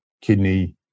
kidney